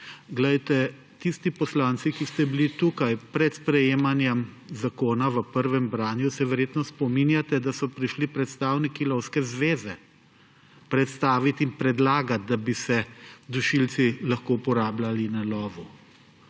Tisti poslanci, ki ste bili tukaj pred sprejemanjem zakona v prvem branju, se verjetno spominjate, da so prišli predstavniki Lovske zveze predstavit in predlagat, da bi se dušilci lahko uporabljali na lovu.